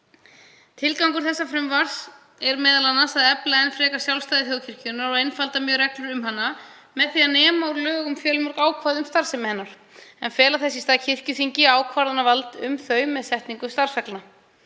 Tilgangur frumvarpsins er m.a. að efla enn frekar sjálfstæði þjóðkirkjunnar og einfalda mjög reglur um hana með því að nema úr lögum fjölmörg ákvæði um starfsemi hennar en fela þess í stað kirkjuþingi ákvörðunarvald um þau með setningu starfsreglna.